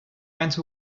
went